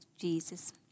Jesus